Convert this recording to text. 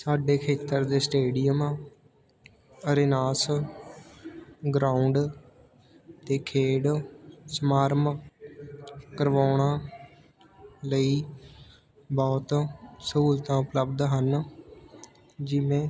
ਸਾਡੇ ਖੇਤਰ ਦੇ ਸਟੇਡੀਅਮ ਅਰੀਨਾਸ ਗਰਾਉਂਡ ਅਤੇ ਖੇਡ ਸਮਾਗਮ ਕਰਵਾਉਣ ਲਈ ਬਹੁਤ ਸਹੂਲਤਾਂ ਉਪਲਬਧ ਹਨ ਜਿਵੇਂ